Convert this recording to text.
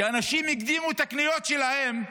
כי אנשים הקדימו את הקניות שלהם.